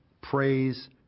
praise